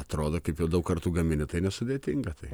atrodo kaip jau daug kartų gamini tai nesudėtinga tai